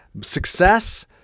success